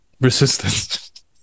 resistance